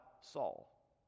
Saul